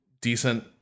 decent